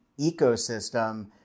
ecosystem